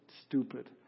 stupid